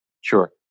Sure